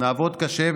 נעבוד קשה,